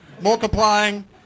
Multiplying